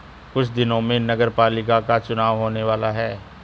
कुछ दिनों में नगरपालिका का चुनाव होने वाला है